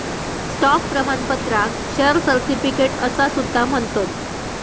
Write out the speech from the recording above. stock प्रमाणपत्राक share certificate असा सुद्धा म्हणतत